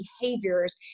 behaviors